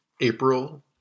April